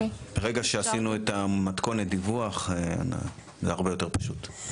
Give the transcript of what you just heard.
ברגע שעשינו את מתכונת הדיווח זה הרבה יותר פשוט.